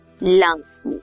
Lungs